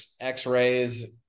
x-rays